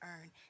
earn